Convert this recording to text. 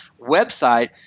website –